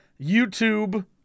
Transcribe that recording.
YouTube